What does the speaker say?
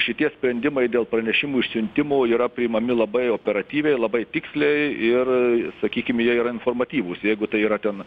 šitie sprendimai dėl pranešimų išsiuntimo yra priimami labai operatyviai labai tiksliai ir sakykim jie yra informatyvūs jeigu tai yra ten